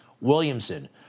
Williamson